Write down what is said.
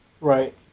Right